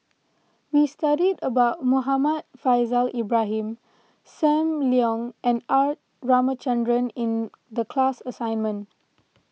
we studied about Muhammad Faishal Ibrahim Sam Leong and R Ramachandran in the class assignment